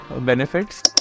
benefits